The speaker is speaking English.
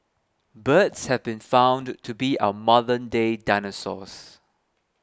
birds have been found to be our modernday dinosaurs